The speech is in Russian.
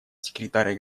секретарь